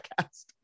podcast